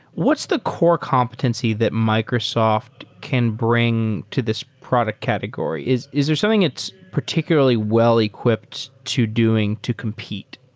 what's the core competency that microsoft can bring to this product category? is is there something that's particularly well-equipped to doing to compete?